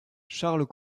charles